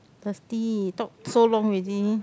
thirsty talk so long already